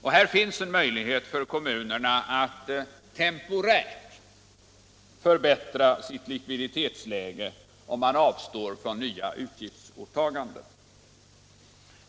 Här finns en möjlighet för kommunerna att temporärt förbättra sitt likviditetsläge, om man avstår från nya utgiftsåtaganden.